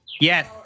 Yes